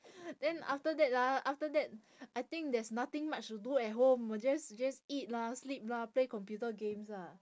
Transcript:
then after that ah after that I think there's nothing much to do at home just just eat lah sleep lah play computer games ah